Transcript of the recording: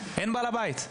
אין בעל הבית.